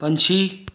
ਪੰਛੀ